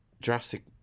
Jurassic